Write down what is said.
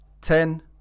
Ten